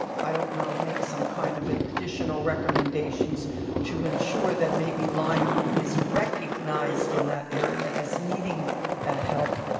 i don't know, make some kind of additional recommendations to ensure that maybe lyme is recognized in that area as needing that help.